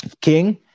King